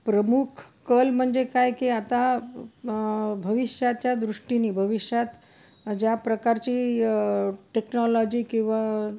प्रमुख कल म्हणजे काय की आता भविष्याच्या दृष्टीने भविष्यात ज्या प्रकारची टेक्नॉलॉजी किंवा